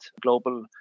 global